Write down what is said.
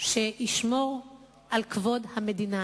שישמור על כבוד המדינה,